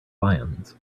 lions